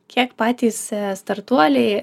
kiek patys startuoliai